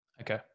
Okay